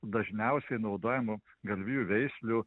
dažniausiai naudojamų galvijų veislių